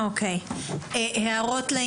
הערות.